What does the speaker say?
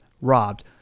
robbed